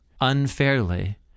unfairly